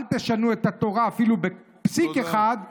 אל תשנו את התורה אפילו בפסיק אחד.